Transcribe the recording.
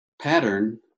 pattern